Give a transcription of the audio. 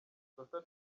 ikosa